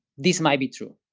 this might be true.